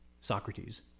Socrates